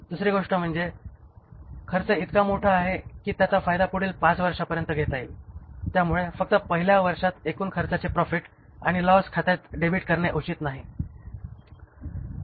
दुसरी गोष्ट म्हणजे खर्च इतका मोठा आहे की त्याचा फायदा पुढील 5 वर्षांपर्यंत घेता येईल त्यामुळे फक्त पहिल्या वर्षात एकूण खर्चाचे प्रॉफिट आणि लॉस खात्यात डेबिट करणे उचित नाही